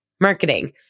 marketing